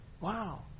wow